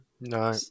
no